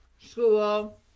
school